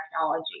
technology